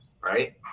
right